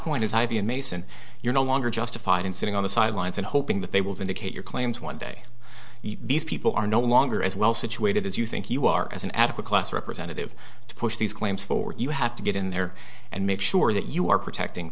mason you're no longer justified in sitting on the sidelines and hoping that they will vindicate your claims one day these people are no longer as well situated as you think you are as an adequate class representative to push these claims forward you have to get in there and make sure that you are protecting